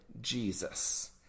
Jesus